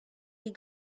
des